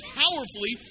powerfully